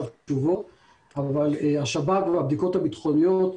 השב"כ והבדיקות הביטחוניות,